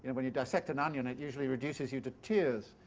and when you dissect an onion it usually reduces you to tears.